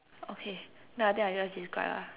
okay then I think I just describe ah